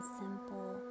simple